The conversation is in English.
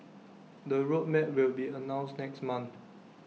the road map will be announced next month